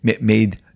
made